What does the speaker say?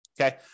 Okay